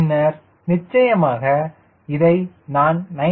பின்னர் நிச்சயமாக இதை நான் 9